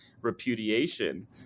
repudiation